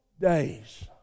days